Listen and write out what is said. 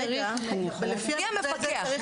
מי המפקח?